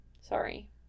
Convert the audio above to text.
Sorry